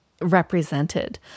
represented